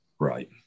Right